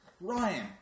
Ryan